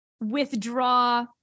withdraw